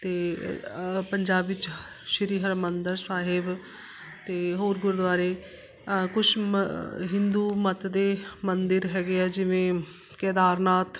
ਅਤੇ ਪੰਜਾਬ ਵਿੱਚ ਸ਼੍ਰੀ ਹਰਿਮੰਦਰ ਸਾਹਿਬ ਅਤੇ ਹੋਰ ਗੁਰਦੁਆਰੇ ਕੁਛ ਮ ਹਿੰਦੂ ਮਤ ਦੇ ਮੰਦਰ ਹੈਗੇ ਹੈ ਜਿਵੇਂ ਕੇਦਾਰਰਨਾਥ